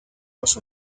los